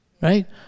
right